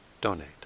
donate